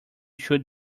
should